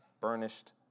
burnished